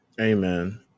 Amen